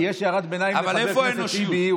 אבל איפה האנושיות?